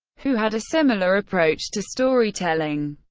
who had a similar approach to storytelling.